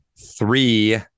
three